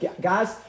guys